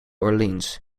orleans